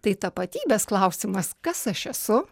tai tapatybės klausimas kas aš esu